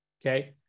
okay